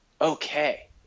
Okay